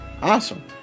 Awesome